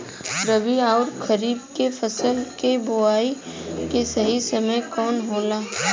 रबी अउर खरीफ के फसल के बोआई के सही समय कवन होला?